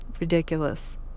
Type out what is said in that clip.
ridiculous